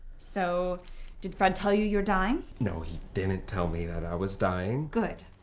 so did fred tell you you're dying? no he didn't tell me that i was dying. good.